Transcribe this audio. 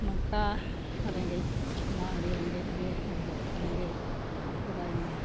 ᱱᱚᱝᱠᱟ ᱨᱮᱸᱜᱮᱡ ᱢᱟ ᱟᱹᱰᱤ ᱨᱮᱸᱜᱮᱡ ᱜᱮ ᱟᱹᱰᱤ ᱥᱚᱠᱛᱚ ᱨᱮᱸᱜᱮᱡ ᱥᱮᱫᱟᱭ ᱢᱟ